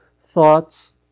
thoughts